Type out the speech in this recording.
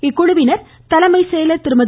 இக்குழுவினர் தலைமைச் செயலர் திருமதி